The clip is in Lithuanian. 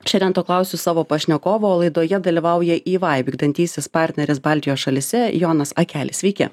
šiandien to klausiu savo pašnekovo o laidoje dalyvauja ey vykdantysis partneris baltijos šalyse jonas akelis sveiki